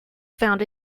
found